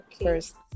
first